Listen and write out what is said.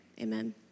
Amen